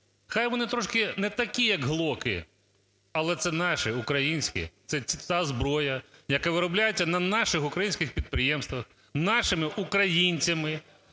Хай вони трошки не такі, якGlock, але це наші українські, це та зброя, яка виробляється на наших українських підприємствах нашими українцями,